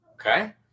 Okay